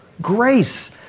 grace